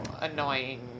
annoying